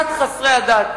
כת חסרי הדת.